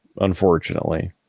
unfortunately